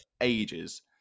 ages